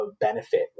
benefit